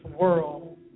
world